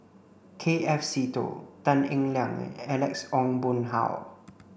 K F Seetoh Tan Eng Liang Alex Ong Boon Hau